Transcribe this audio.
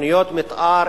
תוכניות מיתאר,